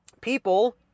People